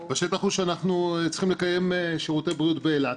והשטח הוא שאנחנו צריכים לקיים שירותי בריאות באילת,